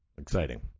exciting